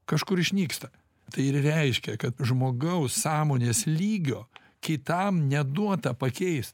kažkur išnyksta tai ir reiškia kad žmogaus sąmonės lygio kitam neduota pakeist